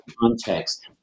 context